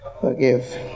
forgive